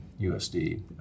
USD